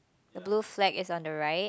the blue flag is on the right